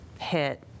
hit